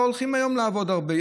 לא הולכים היום לעבוד הרבה.